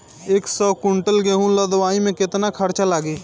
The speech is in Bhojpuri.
एक सौ कुंटल गेहूं लदवाई में केतना खर्चा लागी?